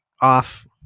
off